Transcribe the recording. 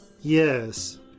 Yes